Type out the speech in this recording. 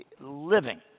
living